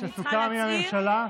שסוכם עם הממשלה,